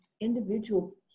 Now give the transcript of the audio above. individual